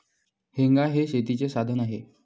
हेंगा हे शेतीचे साधन आहे